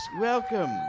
Welcome